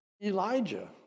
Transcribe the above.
Elijah